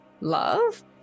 Love